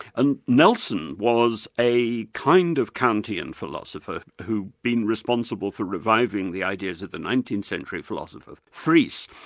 and nelson was a kind of kantian philosopher who'd been responsible for reviving the ideas of the nineteenth century philosopher fries,